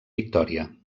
victòria